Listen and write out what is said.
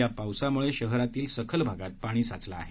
या पावसामुळे शहरातील सखल भागात पाणी साचलं आहे